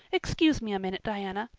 excuse me a minute, diana.